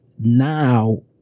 now